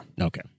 Okay